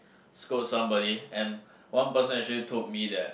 scold somebody and one person actually told me that